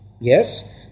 yes